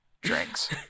drinks